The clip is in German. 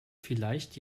vielleicht